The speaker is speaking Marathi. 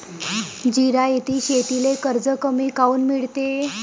जिरायती शेतीले कर्ज कमी काऊन मिळते?